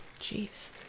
Jeez